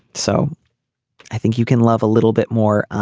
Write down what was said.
so i think you can love a little bit more